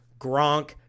Gronk